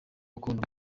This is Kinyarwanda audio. gukunda